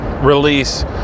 release